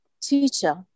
teacher